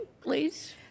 please